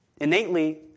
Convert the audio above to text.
Innately